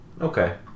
Okay